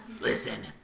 Listen